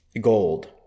gold